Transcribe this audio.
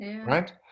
right